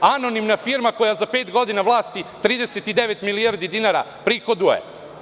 Anonimna firma koja za pet godina vlasti 39 milijardi dinara prihoduje.